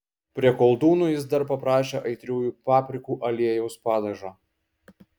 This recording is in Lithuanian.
prie koldūnų jis dar paprašė aitriųjų paprikų aliejaus padažo